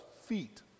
feet